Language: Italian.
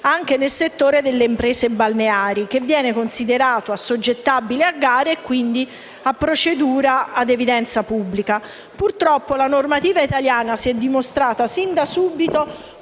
anche nel settore delle imprese balneari, che viene considerato assoggettabile a gare e, dunque, a procedure ad evidenza pubblica; la normativa italiana si è dimostrata, da subito,